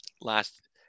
last